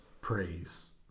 praise